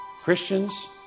Christians